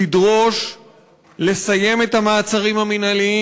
לדרוש לסיים את המעצרים המינהליים.